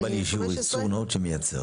או בעל אישור ייצור נאות שמייצר.